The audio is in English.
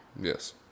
Yes